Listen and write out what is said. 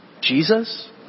Jesus